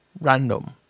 Random